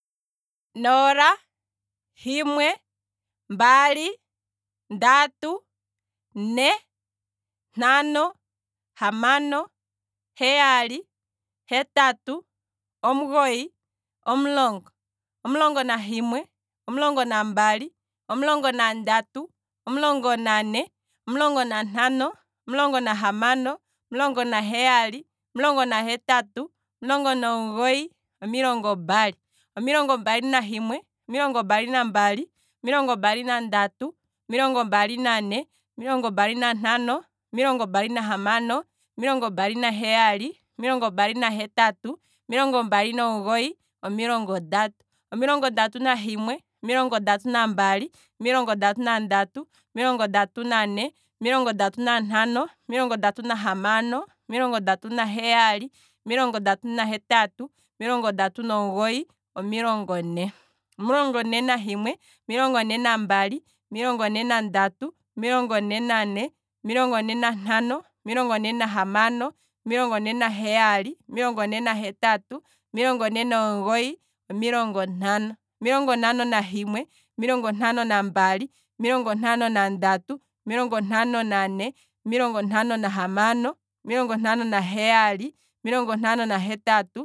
Nola, himwe, mbali, ndati, ne, ntano, hamano, heyali, hetatu, omugoyi, omulongo, omulongo nahimwe, omulongo nambali, omulongo nandatu, omulongo niine, omulongo nantano, omulongo nahamano. omulongo naheyali. omulongo nahetatu. omulongo nomugoyi, omulongo mbali, omilongo mbali nahimwe, omilongo mbali nambali, omilongo mbali nandatu, omilongo mbali niine, omilongo mbali nantano, omilongo mbali nahamano, omilongo mbali naheyali, omilongo mbali nahetatu, omilongo mbali nomugoyi, omilongo ndatu, omilongo ndatu nahimwe, omilongo ndatu nahimwe, omilongo ndatu nambali, omilongo ndatu nandatu, omilongo ndatu niine, omilongo ndatu nantano, omilongo ndatu nahamano, omilongo ndatu naheyali, omilongo ndatu nahetatu, omilongo ndatu nomugoyi, omilongo ne, omilongo ne nahimwe, omilongo ne nahimwe, omilongo ne nambali, omilongo ne nandatu, omilongo ne nane, omilongo ne nantano, omilongo ne nahamano, omilongo ne naheyali, omilongo ne nahetatu, omilongo ne nomugoyi, omilongo ntano, omilongo ntano nahimwe, omilongo ntano nambali, omilongo ntano nandatu, omilongo ntano niine, omilongo ntano nantano, omilongo ntano nahamano, omilongo ntano naheyali, omilongo ntano nahetatu